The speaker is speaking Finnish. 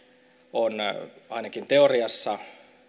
on ainakin teoriassa